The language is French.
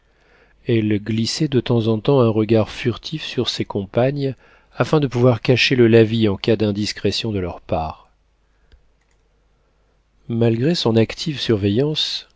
elle glissait de temps en temps un regard furtif sur ses compagnes afin de pouvoir cacher le lavis en cas d'indiscrétion de leur part malgré son active surveillance